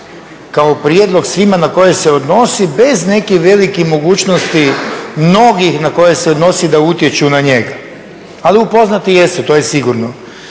kao prijedlog svima na koje se odnosi bez neke velike mogućnosti mnogih na koje se odnosi da utječu na njega. Ali upoznati jesu, to je sigurno.